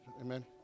Amen